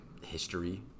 history